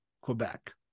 Quebec